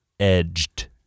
edged